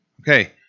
Okay